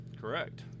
Correct